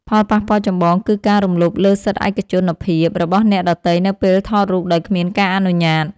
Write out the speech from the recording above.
ផលប៉ះពាល់ចម្បងគឺការរំលោភលើសិទ្ធិឯកជនភាពរបស់អ្នកដទៃនៅពេលថតរូបដោយគ្មានការអនុញ្ញាត។